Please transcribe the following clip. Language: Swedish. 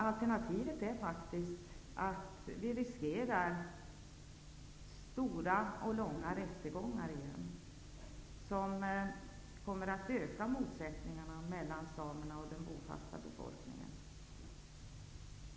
Alternativet är faktiskt att vi riskerar stora och långa rättegångar som kommer att öka motsättningarna mellan samerna och den bofasta befolkningen.